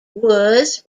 was